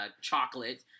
chocolate